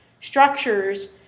structures